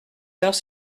heures